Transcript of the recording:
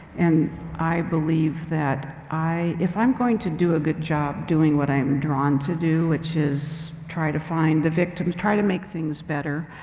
and i believe that i, if i'm going to do a good job doing what i am drawn to do which is try to find the victims, try to make things better,